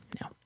No